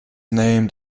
named